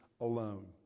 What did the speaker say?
alone